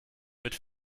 mit